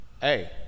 hey